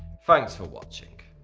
thanks for watching.